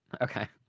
Okay